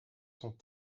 sont